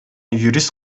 юрист